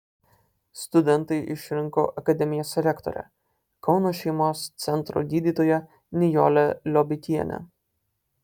studentai išrinko akademijos rektorę kauno šeimos centro gydytoją nijolę liobikienę